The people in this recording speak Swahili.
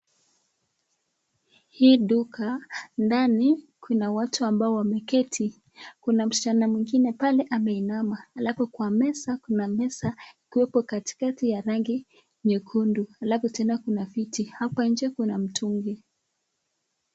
Hii duka ndani kuna watu ambao wameketi kuna msichana mwingine pale ameinama alafu kwa meza kuna meza ikiwepo katikati ya rangi nyekundu alafu tena kuna viti hapa inje kuna mitungi.